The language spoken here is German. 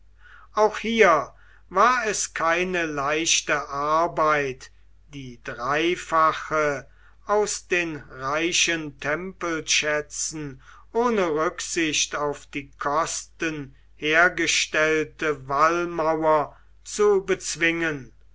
auch hier war es keine leichte arbeit die dreifache aus den reichen tempelschätzen ohne rücksicht auf die kosten hergestellte wallmauer zu bezwingen